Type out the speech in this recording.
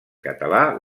català